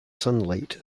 sunlight